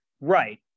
Right